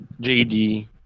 JD